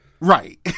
Right